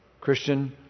Christian